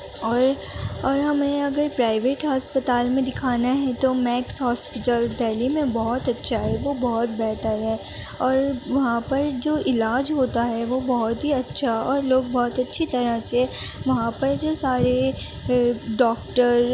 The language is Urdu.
اور اور ہمیں اگر پرائیویٹ ہسپتال میں دکھانا ہے تو میکس ہاسپیٹل دہلی میں بہت اچھا ہے وہ بہت بہتر ہے اور وہاں پر جو علاج ہوتا ہے وہ بہت ہی اچھا اور لوگ بہت اچھی طرح سے وہاں پر جو سارے ڈاکٹر